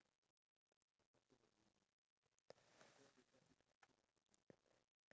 next time I know if you call my name I'll just pretend that I don't hear you so that you can shout my name